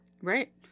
Right